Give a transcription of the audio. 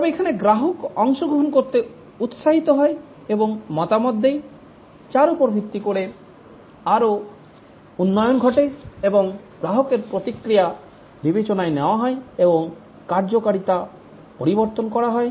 তবে এখানে গ্রাহক অংশগ্রহণ করতে উৎসাহিত হয় এবং মতামত দেয় যার উপর ভিত্তি করে আরও উন্নয়ন ঘটে এবং গ্রাহকের প্রতিক্রিয়া বিবেচনায় নেওয়া হয় এবং কার্যকারিতা পরিবর্তন করা হয়